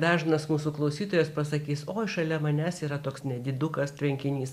dažnas mūsų klausytojas pasakys oi šalia manęs yra toks nedidukas tvenkinys